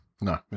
No